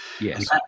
Yes